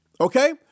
Okay